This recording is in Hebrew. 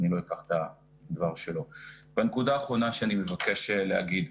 הנקודה האחרונה שאני מבקש להגיד.